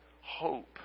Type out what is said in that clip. hope